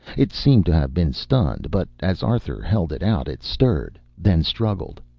it seemed to have been stunned, but as arthur held it out it stirred, then struggled,